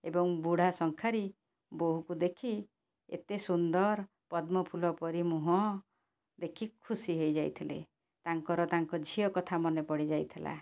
ଏବଂ ବୁଢ଼ା ଶଙ୍ଖାରି ବୋହୂକୁ ଦେଖି ଏତେ ସୁନ୍ଦର ପଦ୍ମ ଫୁଲ ପରି ମୁହଁ ଦେଖିକି ଖୁସି ହେଇଯାଇଥିଲେ ତାଙ୍କର ତାଙ୍କ ଝିଅ କଥା ମନେ ପଡ଼ିଯାଇଥିଲା